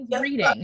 reading